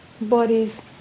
bodies